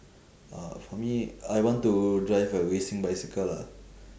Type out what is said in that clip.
uh for me I want to drive a racing bicycle lah